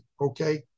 okay